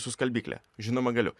su skalbykle žinoma galiu